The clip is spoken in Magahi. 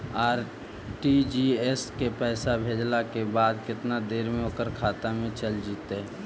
आर.टी.जी.एस से पैसा भेजला के बाद केतना देर मे ओकर खाता मे चल जितै?